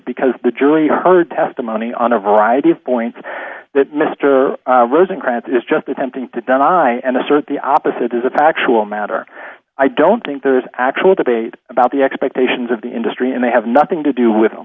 because the jury heard testimony on a variety of points that mr rosenkranz is just attempting to then i and assert the opposite is a factual matter i don't think there is actual debate about the expectations of the industry and they have nothing to do